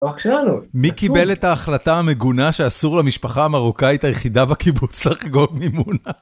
מי קיבל את ההחלטה המגונה שאסור למשפחה המרוקאית היחידה בקיבוץ לחגוג מימונה.